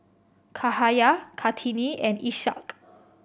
Cahaya Kartini and Ishak